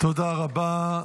תודה רבה.